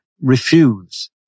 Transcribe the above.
Refuse